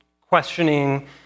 questioning